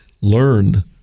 learn